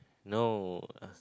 no